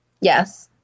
Yes